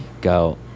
go